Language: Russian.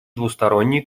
двусторонние